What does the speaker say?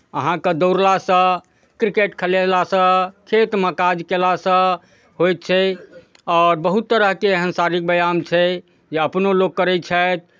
अहाँकेँ दौड़लासँ क्रिकेट खेलेलासँ खेतमे काज कयलासँ होइ छै आओर बहुत तरहके एहन शारीरिक व्यायाम छै जे अपनो लोक करै छथि